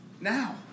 now